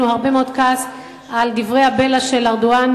הרבה מאוד כעס על דברי הבלע של ארדואן,